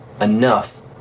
enough